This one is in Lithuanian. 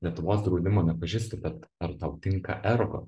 lietuvos draudimo nepažįstu bet ar tau tinka ergo